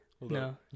No